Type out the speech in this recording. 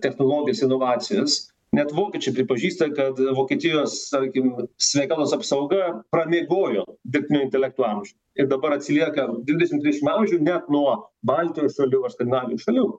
technologijas inovacijas net vokiečiai pripažįsta kad vokietijos tarkim sveikatos apsauga pramiegojo dirbtinio intelekto amžių ir dabar atsilieka dvidešim dvidešimt amžiuj net nuo baltijos šalių ar skandinavijos šalių